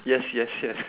yes yes yes